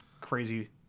crazy